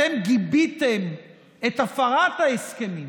אתם גיביתם את הפרת ההסכמים,